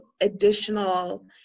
additional